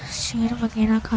شیر وغیرہ کھا